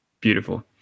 beautiful